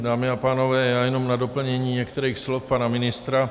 Dámy a pánové, já jenom na doplnění některých slov pana ministra.